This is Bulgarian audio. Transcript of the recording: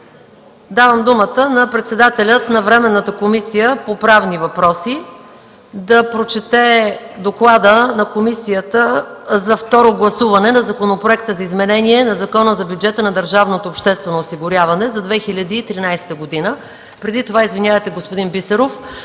Давам думата на председателя на Временната комисия по правни въпроси да прочете доклада на комисията за второ четене на Законопроекта за изменение на Закона за бюджета на държавното обществено осигуряване за 2013 г. Заповядайте, господин Бисеров.